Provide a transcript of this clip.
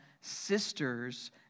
sisters